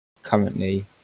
currently